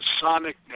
sonic